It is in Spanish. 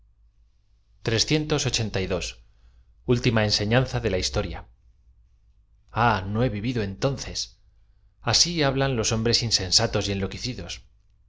a enseñanza d t la historia j ahj no he vivido entonces a si hablan los hom bres insensatos y enloquecidos